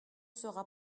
sera